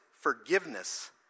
forgiveness